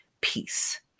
Peace